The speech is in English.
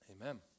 Amen